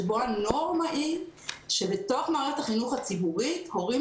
שבו הנורמה היא שבתוך מערכת החינוך הציבורית הורים